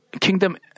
kingdom